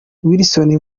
wilson